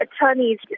attorneys